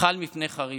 חל מפנה חריף: